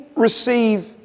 receive